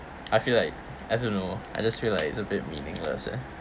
I feel like I don't know I just feel like it's a bit meaningless eh